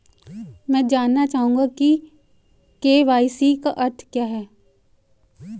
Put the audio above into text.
मैं जानना चाहूंगा कि के.वाई.सी का अर्थ क्या है?